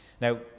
Now